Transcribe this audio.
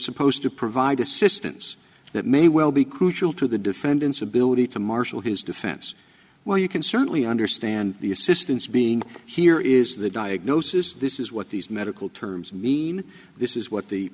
supposed to provide assistance that may well be crucial to the defendant's ability to marshal his defense well you can certainly understand the assistance being here is the diagnosis this is what these medical terms mean this is what the